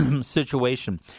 situation